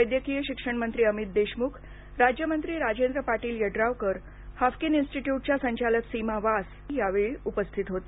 वैद्यकीय शिक्षण मंत्री अमित देशमुख राज्यमंत्री राजेंद्र पाटील यड्रावकर हाफकिन इन्स्टिट्यूटच्या संचालक सीमा व्यास आदी यावेळी उपस्थित होते